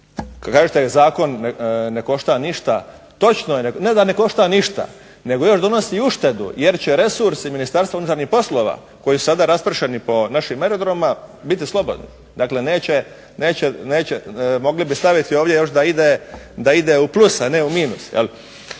Kažete zakon ne košta ništa. Točno je, ne da ne košta ništa, nego još donosi uštedu, jer će resursi Ministarstva unutarnjih poslova koji su sada raspršeni po našim aerodromima biti slobodni. Dakle, mogli bi staviti ovdje još da ide u plus, a ne u minus